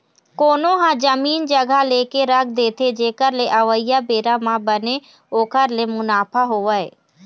कोनो ह जमीन जघा लेके रख देथे जेखर ले अवइया बेरा म बने ओखर ले मुनाफा होवय